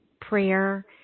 prayer